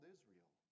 Israel